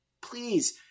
please